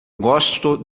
gosto